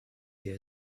wir